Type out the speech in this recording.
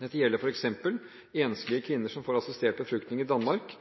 Dette gjelder f.eks. enslige kvinner som får assistert befruktning i Danmark, og norske par som får eggdonasjon i Danmark